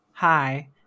Hi